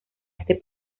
este